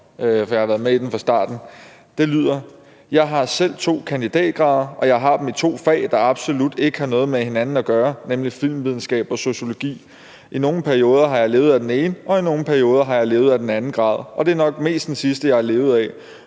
for jeg har været med i den fra starten, og det lyder: Jeg har selv to kandidatgrader, og jeg har dem i to fag, der absolut ikke har noget med hinanden at gøre, nemlig filmvidenskab og sociologi. I nogle perioder har jeg levet af den ene og i nogle perioder har jeg levet af den anden grad, og det er nok mest den sidste, jeg har levet af.